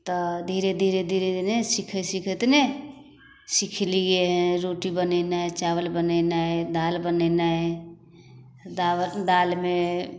तऽ धीरे धीरे धीरे ने सिखैत सिखैत ने सिखलिए रोटी बनेनाइ चावल बनेनाइ दालि बनेनाइ दावत दालिमे